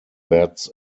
bats